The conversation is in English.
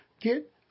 get